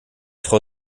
frau